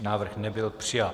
Návrh nebyl přijat.